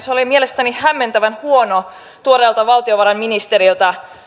se oli mielestäni hämmentävän huono tuoreelta valtiovarainministeriltä